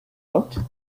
out